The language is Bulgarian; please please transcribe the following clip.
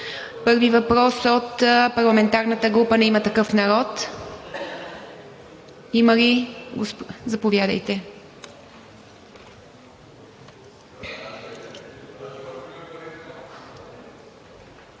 Първи въпрос от парламентарната група на „Има такъв народ“. Заповядайте.